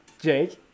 Jake